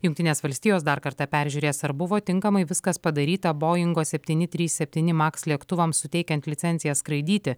jungtinės valstijos dar kartą peržiūrės ar buvo tinkamai viskas padaryta boingo septyni trys septyni maks lėktuvams suteikiant licencijas skraidyti